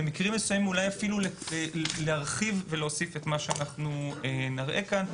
במקרים מסוימים גם להרחיב ולהוסיף את מה שנראה כאן.